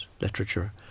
literature